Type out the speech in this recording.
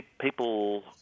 people